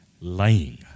lying